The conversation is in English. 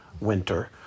winter